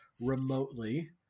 remotely